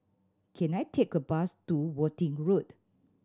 can I take a bus to Worthing Road